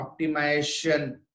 optimization